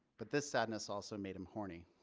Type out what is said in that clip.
but this sadness also made him horny.